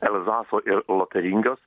elzaso ir lotaringijos